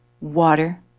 water